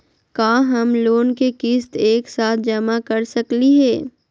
का हम लोन के किस्त एक साथ जमा कर सकली हे?